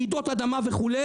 רעידות אדמה וכו'